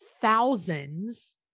thousands